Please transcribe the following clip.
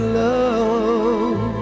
love